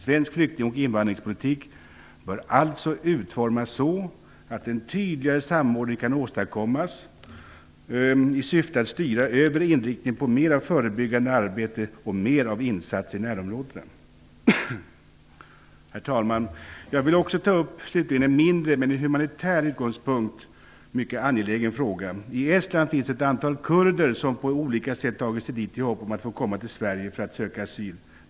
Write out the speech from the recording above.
Svensk flykting och invandringspolitik bör alltså utformas så, att en tydligare samordning kan åstadkommas i syfte att styra över inriktningen på mer av förebyggande arbete och mer av insatser i närområdena. Herr talman! Jag vill slutligen också ta upp en mindre men från humanitär utgångspunkt mycket angelägen fråga. I Estland finns ett antal kurder som på olika sätt tagit sig dit i hopp om att få komma till Sverige för att söka asyl.